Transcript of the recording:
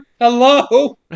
Hello